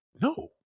No